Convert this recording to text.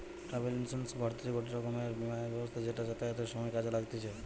travel insurance হতিছে গটে রকমের বীমা ব্যবস্থা যেটা যাতায়াতের সময় কাজে লাগতিছে